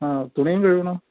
ആ തുണിയും കഴുകണം